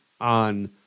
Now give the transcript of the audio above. on